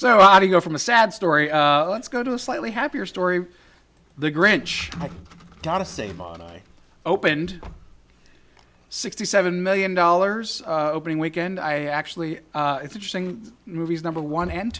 so how do you go from a sad story let's go to a slightly happier story the grinch donna samaan i opened sixty seven million dollars opening weekend i actually it's interesting movies number one and